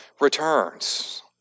returns